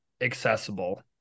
accessible